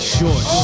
Short